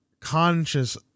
conscious